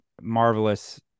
marvelous